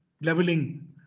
leveling